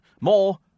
More